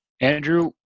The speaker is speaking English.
Andrew